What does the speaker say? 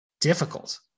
difficult